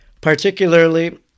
Particularly